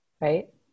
right